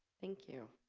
thank you